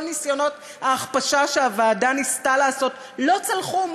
כל ניסיונות ההכפשה שהוועדה ניסתה לעשות לא צלחו,